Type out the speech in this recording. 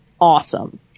awesome